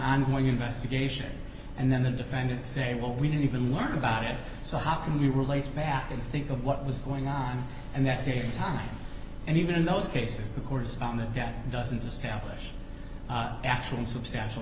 ongoing investigation and then the defendant say well we didn't even learn about it so how can we relate back and think of what was going on and that takes time and even in those cases the correspondent that doesn't establish actual substantial